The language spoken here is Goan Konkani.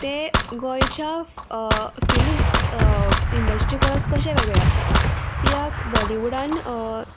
तें गोंयच्या फिल्म इंडस्ट्री परस कशें वेगळें आसा किद्याक बॉलिवूडान